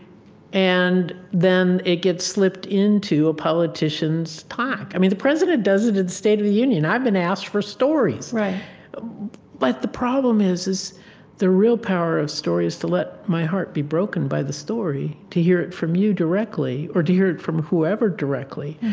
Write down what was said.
and then it gets slipped into a politician's talk. i mean, the president does it in the state of the union. i've been asked for stories right but the problem is, is the real power of story is to let my heart be broken by the story, to hear it from you directly or to hear it from whoever directly.